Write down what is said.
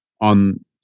on